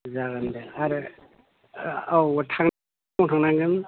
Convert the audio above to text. जागोन दे आरो औ फुङाव थांनांगोन